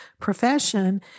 profession